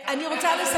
כך זה בעברית.